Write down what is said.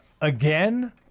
again